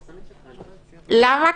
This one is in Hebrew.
למה?